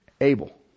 able